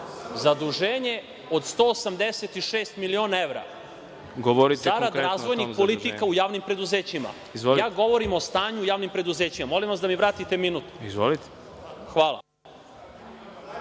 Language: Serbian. zaduženje od 186 miliona evra, zarad razvojnih politika u javnim preduzećima, ja govorim o stanju javnih preduzeća. Molim vas da mi vratite minut. Hvala.